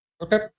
Okay